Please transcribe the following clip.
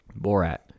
Borat